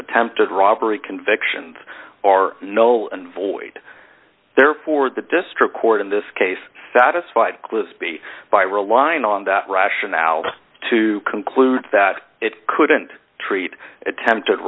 attempted robbery convictions are no and void therefore the district court in this case satisfied clisby by relying on that rationale to conclude that it couldn't treat attempted